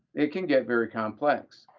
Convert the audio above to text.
it can get very complex,